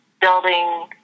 building